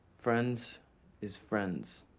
friends is friends.